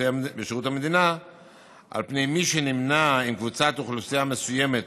המדינה על פני מי שנמנה עם קבוצת אוכלוסייה מסוימת